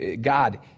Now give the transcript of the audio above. God